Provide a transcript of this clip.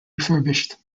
refurbished